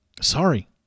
Sorry